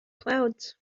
clouds